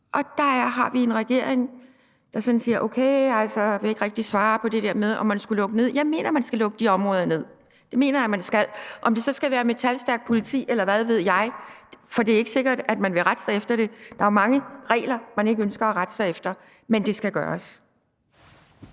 Der har vi en regering, der sådan siger: Okay, altså – og ikke rigtig vil svare på det der med, om man skulle lukke ned. Jeg mener, man skal lukke de områder ned. Det mener jeg man skal. Om det så skal være med talstærkt politi, eller hvad ved jeg, for det er ikke sikkert, man vil rette sig efter det – der er mange regler, man ikke ønsker at rette sig efter – så skal det gøres.